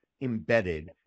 embedded